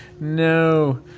No